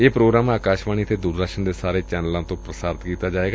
ਇਹ ਪ੍ਰੋਗਰਾਮ ਅਕਾਸ਼ਵਾਣੀ ਅਤੇ ਦੂਰਦਰਸ਼ਨ ਦੇ ਸਾਰੇ ਚੈਨਲਾਂ ਤੋਂ ਪ੍ਰਸਾਰਿਤ ਕੀਤਾ ਜਾਏਗਾ